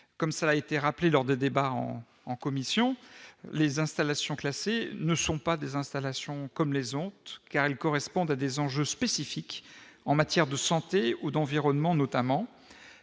comme ça a été rappelé, lors d'un débat en en commission, les installations classées, ne sont pas des installations comme les car elles correspondent à des enjeux spécifiques en matière de santé ou d'environnement notamment,